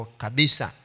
kabisa